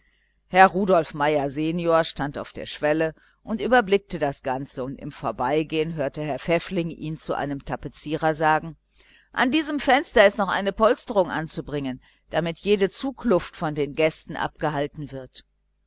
herr rudolf meier sen stand auf der schwelle und überblickte das ganze und im vorbeigehen hörte herr pfäffling ihn zu einem tapezierer sagen an diesem fenster ist noch polsterung anzubringen damit jede zugluft von den gästen abgehalten wird